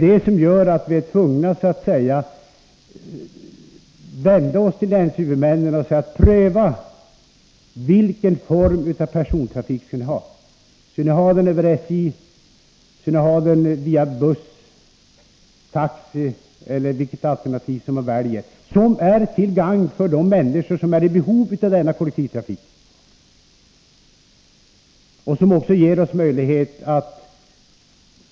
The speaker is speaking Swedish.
Därför är vi tvungna att vända oss till huvudmännen och säga: Pröva vilken form av persontrafik ni vill ha! Skall SJ svara för den, skall den gå via buss, taxi eller något annat alternativ som är till gagn för människorna och som samtidigt ger oss kollektivtrafik